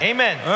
Amen